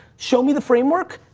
show me the framework.